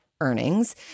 earnings